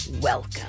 welcome